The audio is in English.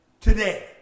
today